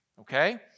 Okay